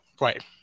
Right